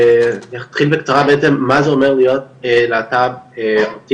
אני אתחיל בקצרה בעצם מה זה אומר להיות להט"ב אוטיסט,